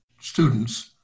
students